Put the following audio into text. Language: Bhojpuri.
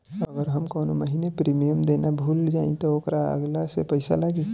अगर हम कौने महीने प्रीमियम देना भूल जाई त ओकर अलग से पईसा लागी?